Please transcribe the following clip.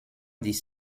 dix